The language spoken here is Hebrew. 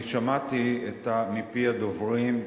אני שמעתי מפי הדוברים,